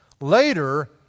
Later